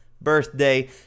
birthday